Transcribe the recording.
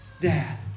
dad